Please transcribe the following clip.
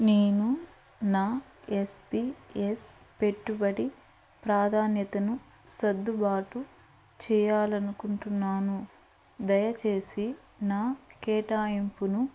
నేను నా S P S పెట్టుబడి ప్రాధాన్యతను సద్దుబాటు చేయాలి అనుకుంటున్నాను దయచేసి నా కేటాయింపును